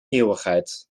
eeuwigheid